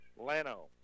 Lano